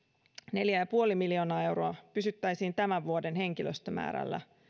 neljä pilkku viisi miljoonaa euroa pysyttäisiin tämän vuoden henkilöstömäärässä